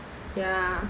ya